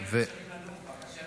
איך הם יגנו אם הם משלמים לנוח'בה?